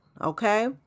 Okay